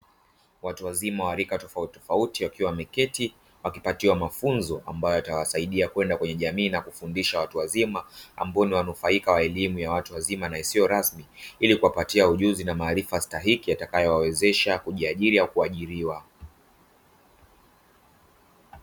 Watu wazima wa rika tofauti tofauti akiwa wameketi, wakipatiwa mafunzo ambayo yatawasaidia kwenda kwenye jamii na kufundisha watu wazima wengine wanufaika wa elimu ya watu wazima isiyo rasmi, ili wapate ujuzi na maarifa stahiki yatakayowawezesha kujiajiri au kuajiriwa.